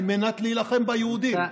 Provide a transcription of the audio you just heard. על מנת להילחם ביהודים?